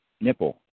nipple